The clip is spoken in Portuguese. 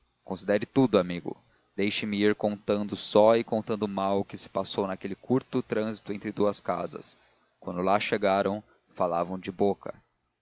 considere tudo amigo deixe-me ir contando só e contando mal o que se passou naquele curto trânsito entre as duas casas quando lá chegaram falavam de boca